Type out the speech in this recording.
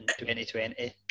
2020